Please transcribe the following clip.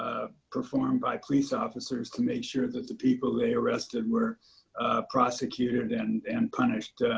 ah performed by police officers to make sure that the people they arrested were prosecuted and and punished,